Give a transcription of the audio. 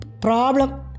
problem